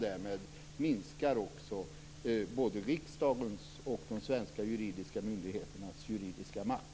Därmed minskar också både riksdagens och de svenska juridiska myndigheternas juridiska makt.